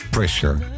Pressure